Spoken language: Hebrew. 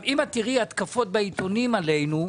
אם את תראי התקפות בעיתונים עלינו,